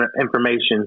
information